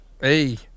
hey